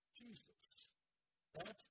Jesus—that's